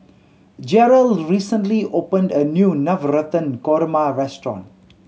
Jerel recently opened a new Navratan Korma restaurant